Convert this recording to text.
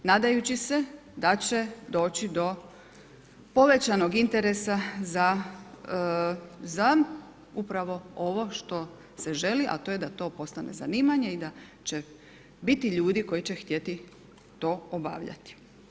Nadajući se da će doći do povećanog interesa za upravo ovo što se želi a to je da to postane zanimanje i da će biti ljudi koji će htjeti to obavljati.